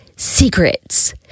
secrets